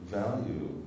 value